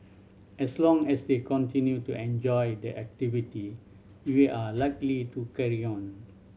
as long as they continue to enjoy the activity we are likely to carry on